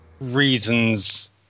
reasons